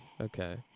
Okay